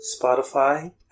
Spotify